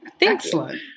Excellent